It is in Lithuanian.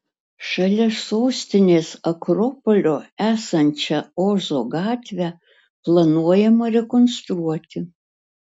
šalia sostinės akropolio esančią ozo gatvę planuojama rekonstruoti